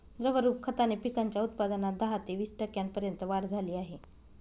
द्रवरूप खताने पिकांच्या उत्पादनात दहा ते वीस टक्क्यांपर्यंत वाढ झाली आहे